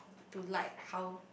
to like how